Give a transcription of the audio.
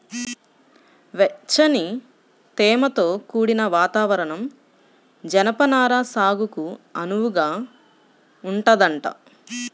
వెచ్చని, తేమతో కూడిన వాతావరణం జనపనార సాగుకు అనువుగా ఉంటదంట